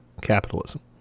capitalism